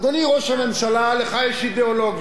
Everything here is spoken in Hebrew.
אדוני ראש הממשלה, לך יש אידיאולוגיה,